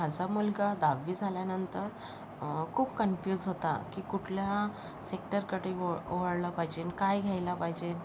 माझा मुलगा दहावी झाल्यानंतर खूप कन्फ्यूज होता की कुठल्या सेक्टरकडे व वळलं पाहिजे काय घ्यायला पाहिजे